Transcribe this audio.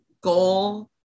goal